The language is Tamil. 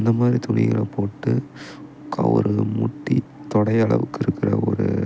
அந்த மாதிரி துணி எல்லாம் போட்டு கவரு முட்டி தொடை அளவுக்கு இருக்கிற ஒரு டௌசர்